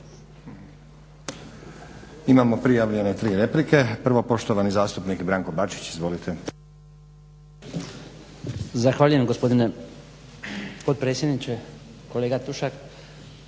Imamo prijavljene tri replike. Prvo poštovani zastupnik Branko Bačić. Izvolite.